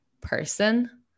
person